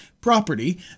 Property